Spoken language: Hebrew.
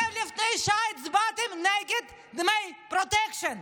אתם לפני שעה הצבעתם נגד דמי פרוטקשן.